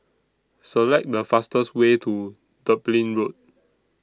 Select The fastest Way to Dublin Road